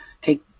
take